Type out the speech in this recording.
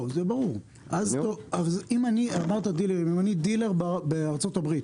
אם אני דילר בארצות הברית,